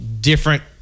different